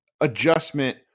adjustment